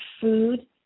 food